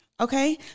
Okay